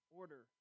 order